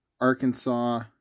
Arkansas